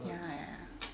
ya ya